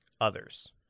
others